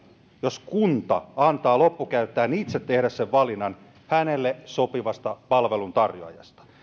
jos kunta antaa loppukäyttäjän itse tehdä valinnan hänelle sopivasta palveluntarjoajasta